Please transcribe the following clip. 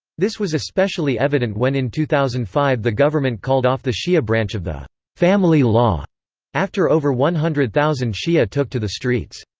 this was especially evident when in two thousand and five the government called off the shia branch of the family law after over one hundred thousand shia took to the streets.